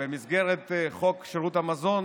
במסגרת חוק שירות המזון